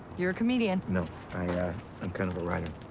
you're a comedian. no. i, ah i'm kind of a writer.